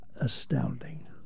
Astounding